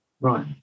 Right